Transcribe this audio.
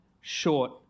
short